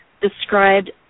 described